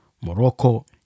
Morocco